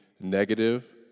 negative